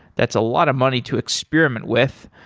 that's a lot of money to experiment with.